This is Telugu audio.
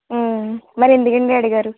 మరి ఎందుకండి అడిగారు